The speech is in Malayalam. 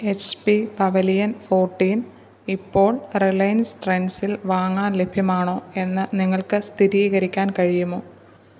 എച്ച് പി പവലിയൻ ഫോർട്ടീൻ ഇപ്പോൾ റിലയൻസ് ട്രെൻഡ്സിൽ വാങ്ങാൻ ലഭ്യമാണോ എന്ന് നിങ്ങൾക്ക് സ്ഥിതീകരിക്കാൻ കഴിയുമോ